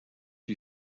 lui